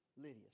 Lydia